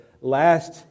last